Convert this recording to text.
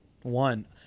One